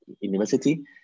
university